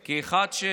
זה לא תלוי בכם.